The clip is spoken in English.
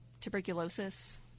tuberculosis